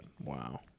Wow